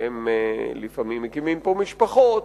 הם לפעמים מקימים פה משפחות.